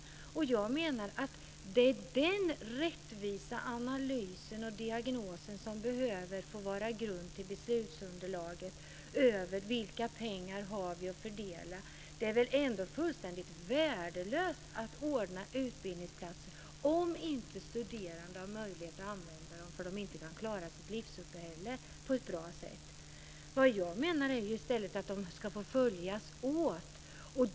Och jag menar att det är den rättvisa analysen och diagnosen som behöver få vara grund till beslutsunderlaget över vilka pengar vi har att fördela. Det är väl ändå fullständigt värdelöst att ordna utbildningsplatser om inte studerande har möjlighet att använda dem för att de inte kan klara sitt livsuppehälle på ett bra sätt. Vad jag menar är i stället att dessa saker ska få följas åt.